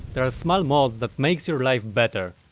they are small mods that makes your life better.